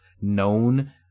known